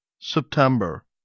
September